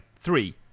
Three